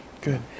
Good